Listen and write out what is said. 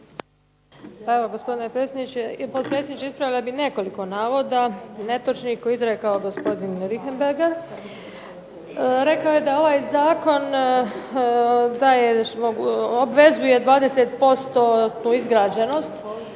Pa evo gospodine potpredsjedniče, ispravila bih nekoliko navoda koje je izrekao gospodin Richembergh. Rekao je da ovaj Zakon obvezuje 20% izgrađenost,